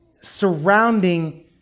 surrounding